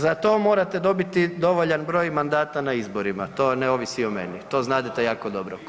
Za to morate dobiti dovoljan broj mandata na izborima, to ne ovisi o meni, to znadete jako dobro. … [[Upadica iz klupe se ne razumije]] Što?